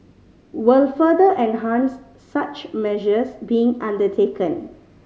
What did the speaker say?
will further enhance such measures being undertaken